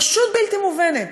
פשוט בלתי מובנת,